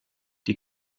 die